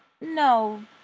no